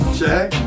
check